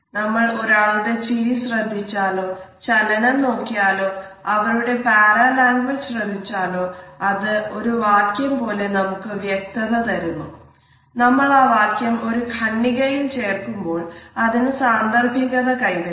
നമ്മൾ ഒരാളുടെ ചിരി ശ്രദ്ധിച്ചാലോ ചലനം നോക്കിയാലോ അവരുടെ പാരാലാങ്ക്വേജ് ശ്രദ്ധിച്ചാലോ അത് ഒരു വാക്യം പോലെ നമുക്ക് വ്യക്തത തരുന്നു